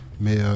mais